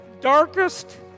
darkest